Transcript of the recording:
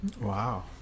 wow